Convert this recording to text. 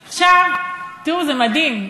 תראו, זה מדהים.